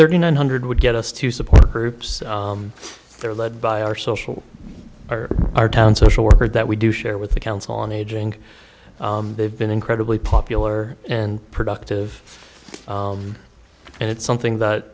thirty nine hundred would get us to support groups they're led by our social or our town social worker that we do share with the council on aging they've been incredibly popular and productive and it's something that